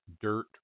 dirt